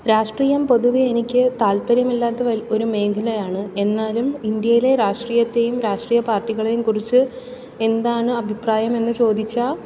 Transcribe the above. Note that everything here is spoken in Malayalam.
രാഷ്ട്രീയം പൊതുവേ എനിക്ക് താല്പര്യമില്ലാത്ത ഒരു മേഖലയാണ് എന്നാലും ഇന്ത്യയിലെ രാഷ്ട്രീയത്തെയും രാഷ്ട്രീയ പാർട്ടികളെയും കുറിച്ച് എന്താണ് അഭിപ്രായമെന്ന് ചോദിച്ചാൽ